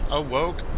awoke